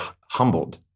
humbled